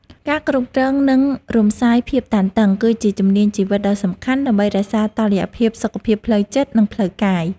ការគ្រប់គ្រង និងរំសាយភាពតានតឹង គឺជាជំនាញជីវិតដ៏សំខាន់ដើម្បីរក្សាតុល្យភាពសុខភាពផ្លូវចិត្ត និងផ្លូវកាយ។